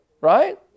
right